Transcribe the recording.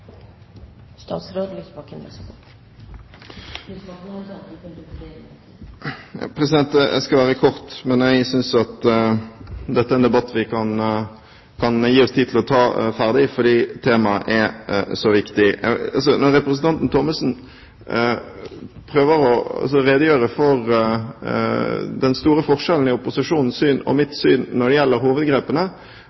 skal være kort, men jeg synes at dette er en debatt vi kan ta oss tid til å gjøre ferdig, for temaet er så viktig. Når representanten Thommessen prøver å redegjøre for den store forskjellen mellom opposisjonens syn og